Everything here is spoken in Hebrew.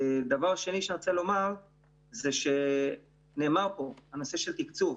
דיברו פה על הנושא של תקצוב.